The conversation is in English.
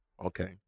Okay